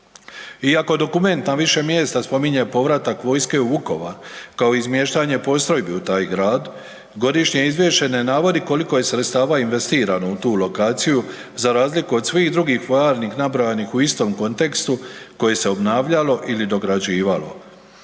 Iako dokument na više mjesta spominje povratak vojske u Vukovar kao izmještanje postrojbi u taj grad godišnje izvješće ne navodi koliko je sredstava investirano u tu lokaciju za razliku od svih drugih vojarni nabrojanih u istom kontekstu koje se obnavljalo ili dograđivalo.